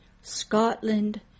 Scotland